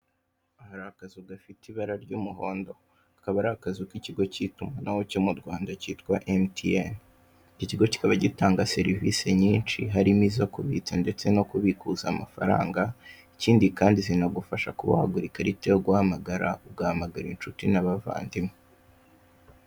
Ni akazu gafite ibara ry'umuhondo kakaba ari akazu k'ikigo k'itumanaho cyo mu Rwanda kitwa emutiyeni. Icyo kigo kikaba gitanga serivise nyinshi harimo izo kubitsa ndetse no kubikuza amafaranga ikindi kandi kinagufasha kuba wagura ikarita yo guhamagara ugahamagara inshuti n'abavandimwe.